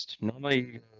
Normally